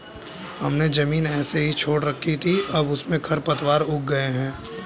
हमने ज़मीन ऐसे ही छोड़ रखी थी, अब उसमें खरपतवार उग गए हैं